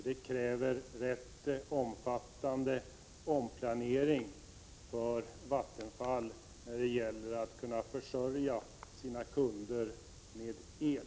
Det kräver rätt omfattande omplanering för Vattenfall när det gäller att kunna försörja sina kunder med el.